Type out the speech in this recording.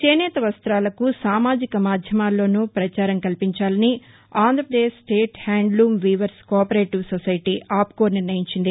చేనేత వస్తాలకు సామాజిక మాధ్యమాల్లోనూ ప్రచారం కల్పించాలని Andhra Pradesh state handloom weavers cooperative society APCO నిర్ణయించింది